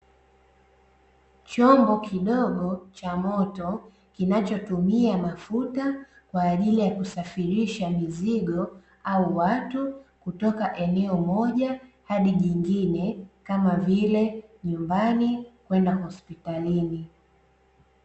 Chombo kidogo cha moto kinachotumia mafuta kwa ajili ya kusafirisha mizigo au watu kutoka eneo moja hadi jingine, kama vile nyumbani kwenda hospitalini.